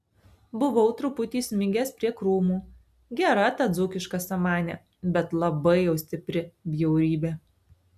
buvau truputį smigęs prie krūmų gera ta dzūkiška samanė bet labai jau stipri bjaurybė